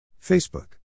Facebook